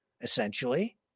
essentially